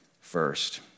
first